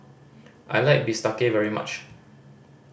I like bistake very much